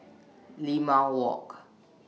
Limau Walk